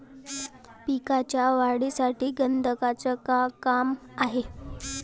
पिकाच्या वाढीमंदी गंधकाचं का काम हाये?